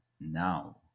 now